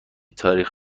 تاریخ